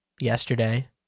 yesterday